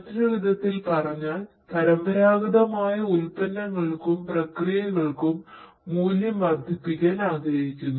മറ്റൊരു വിധത്തിൽ പറഞ്ഞാൽ പരമ്പരാഗതമായ ഉൽപ്പന്നങ്ങൾക്കും പ്രക്രിയകൾക്കും മൂല്യം വർദ്ധിപ്പിക്കാൻ ആഗ്രഹിക്കുന്നു